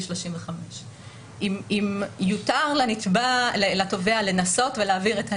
35. אם יותר לתובע לנסות להעביר את הנטל,